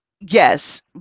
Yes